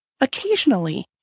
Occasionally